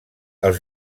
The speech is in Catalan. els